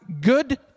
good